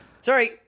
Sorry